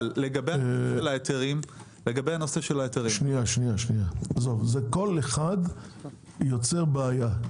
אבל לגבי נושא ההיתרים- - כל אחד יוצר בעיה,